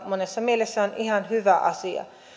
monessa mielessä on ihan hyvä asia